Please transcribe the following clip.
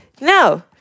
No